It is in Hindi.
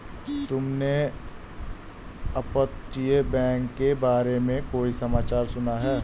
तुमने अपतटीय बैंक के बारे में कोई समाचार सुना है?